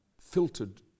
filtered